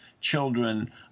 children